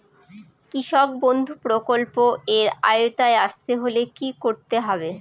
কৃষকবন্ধু প্রকল্প এর আওতায় আসতে হলে কি করতে হবে?